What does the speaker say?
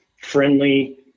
friendly